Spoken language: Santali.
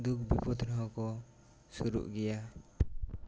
ᱫᱩᱠ ᱵᱤᱯᱚᱛ ᱨᱮᱦᱚᱸ ᱠᱚ ᱥᱩᱨᱩᱜ ᱜᱮᱭᱟ